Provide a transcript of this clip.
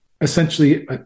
essentially